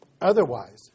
Otherwise